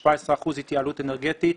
17 אחוזים התייעלות אנרגטית